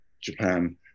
Japan